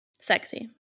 Sexy